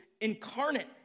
incarnate